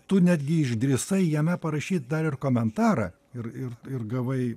tu netgi išdrįsai jame parašyt dar ir komentarą ir ir ir gavai